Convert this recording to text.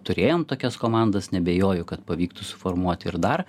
turėjom tokias komandas neabejoju kad pavyktų suformuoti ir dar